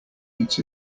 eat